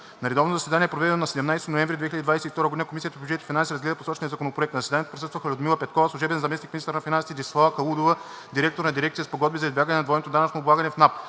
На редовно заседание, проведено на 17 ноември 2022 г., Комисията по бюджет и финанси разгледа посочения законопроект. На заседанието присъстваха Людмила Петкова – служебен заместник-министър на финансите, и Десислава Калудова – директор на дирекция „Спогодби за избягване на двойното данъчно облагане“ в НАП.